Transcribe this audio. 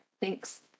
Thanks